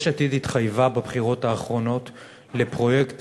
יש עתיד התחייבה בבחירות האחרונות לפרויקט